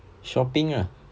shopping ah